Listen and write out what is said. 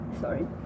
sorry